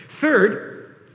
Third